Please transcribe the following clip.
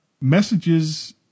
Messages